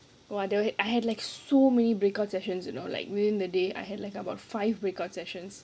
!wah! the I had like so many breakout sessions you know like within a day I had like about five breakout sessions